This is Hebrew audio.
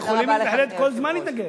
יכולים בהחלט כל הזמן להתנגד.